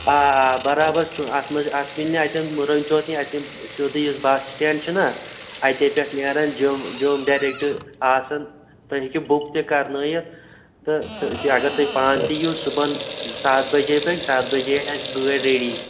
آ آ بَرابَر سُہ اتھ مَنٛز اتھ میلہِ نہٕ اَتٮ۪ن مُرن چوک کِنۍ اَتہِ سیوٚدُے یُس بَس سِٹینٛڈ چھُناہ اَتے پٮ۪ٹھ نیران جوٚم جوٚم ڈیٚریٚکٹہٕ آسان تُہۍ ہیٚکِو بُک تہِ کَرنٲوِتھ تہٕ تہٕ اگر تُہۍ پانہٕ تہِ یِیِو صُبحَن ستھ بجے بٲگۍ ستھ بجے آسہِ گٲڑۍ ریٚڈی